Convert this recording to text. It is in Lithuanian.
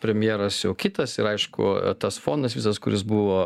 premjeras jau kitas ir aišku tas fondas visas kuris buvo